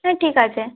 হ্যাঁ ঠিক আছে